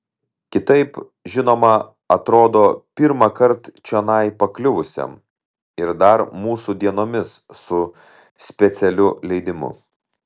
kitaip žinoma atrodo pirmąkart čionai pakliuvusiam ir dar mūsų dienomis su specialiu leidimu